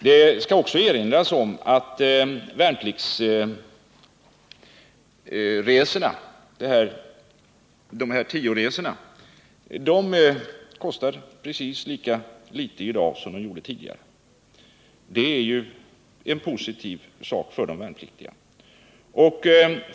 Det skall också erinras om att des.k. vpl 10-resorna kostar precis lika litet i dag som tidigare. Det är ju en positiv sak för de värnpliktiga.